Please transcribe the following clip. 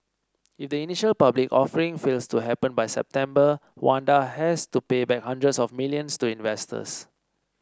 if the initial public offering fails to happen by September Wanda has to pay back hundreds of millions to investors